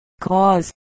cause